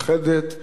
בירת ישראל.